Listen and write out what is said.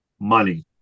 Money